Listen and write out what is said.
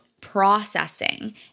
processing